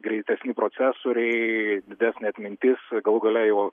greitesni procesoriai didesnė atmintis galų gale jau